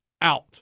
out